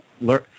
learn